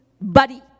buddy